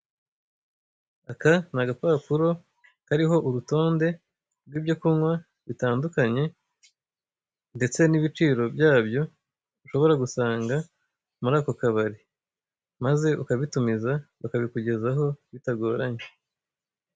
Aka ni agapapuro kariho urutonde rw'ibyo kunywa bitandukanye, ndetse n'ibiciro byabyo ushobora gusanga muri ako kabari, maze ukabitumiza bakabikugezaho bitagoranye.